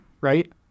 right